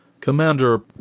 Commander